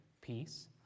peace